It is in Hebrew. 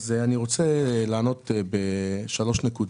אני רוצה לענות בשלוש נקודות.